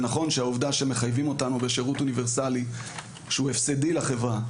זה נכון שהעובדה שמחייבים אותנו בשירות אוניברסלי שהוא הפסדי לחברה,